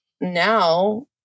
now